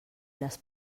les